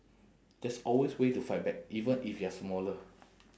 there's always way to fight back even if you are smaller